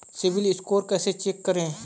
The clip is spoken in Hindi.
सिबिल स्कोर कैसे चेक करें?